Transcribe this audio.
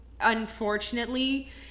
unfortunately